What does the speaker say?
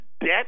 debt